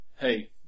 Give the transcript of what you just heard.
Hey